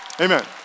amen